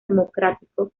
democrático